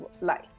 life